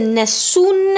nessun